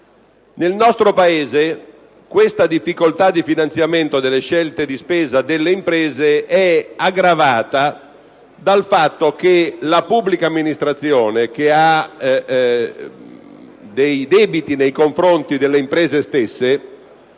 Nel nostro Paese questa difficoltà di finanziamento delle scelte di spesa delle imprese è aggravata dal fatto che la pubblica amministrazione, che ha dei debiti nei confronti delle imprese stesse,